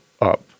up